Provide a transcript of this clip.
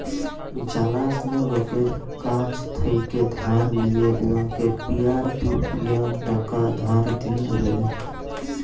জালাশলা লকের কাছ থ্যাকে ধার লিঁয়ে উয়াকে পিয়ার টু পিয়ার টাকা ধার দিয়া ব্যলে